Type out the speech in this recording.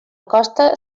costa